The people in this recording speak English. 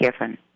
given